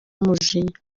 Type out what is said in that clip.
umujinya